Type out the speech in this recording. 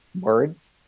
words